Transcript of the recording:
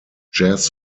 jazz